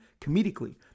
comedically